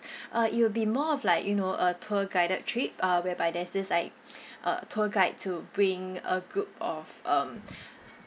uh it will be more of like you know a tour guided trip uh whereby there's this like uh tour guide to bring a group of um